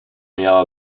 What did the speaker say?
miała